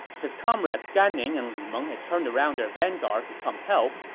his comrades gan ning and lu meng had turned around their vanguard to come help,